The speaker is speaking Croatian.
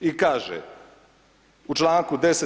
I kaže u članku 10.